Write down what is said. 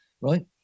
right